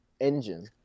engine